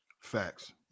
Facts